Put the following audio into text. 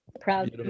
proud